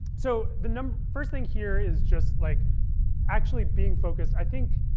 so the first thing here is just like actually being focused. i think